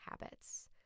habits